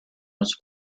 its